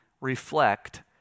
reflect